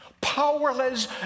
powerless